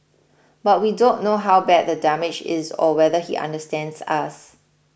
but we don't know how bad the damage is or whether he understands us